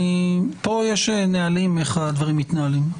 פה יש נהלים איך הדברים מתנהלים.